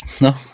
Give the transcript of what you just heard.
No